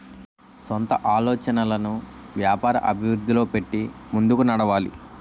సొంత ఆలోచనలను వ్యాపార అభివృద్ధిలో పెట్టి ముందుకు నడవాలి